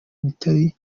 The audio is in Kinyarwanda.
mitali